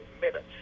minutes